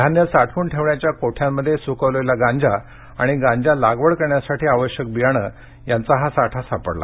धान्य साठवून ठेवण्याच्या कोठ्यांमध्ये सुकवलेला गांजा आणि गांजा लागवड करण्यासाठी आवश्यक बियाणे यांचा हा साठा सापडला